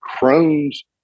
Crohn's